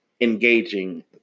engaging